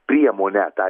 priemonė tą